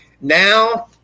now